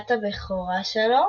הופעת הבכורה שלו